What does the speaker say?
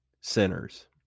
sinners